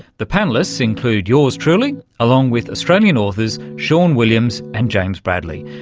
the panellists include yours truly, along with australian authors sean williams and james bradley.